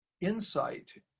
insight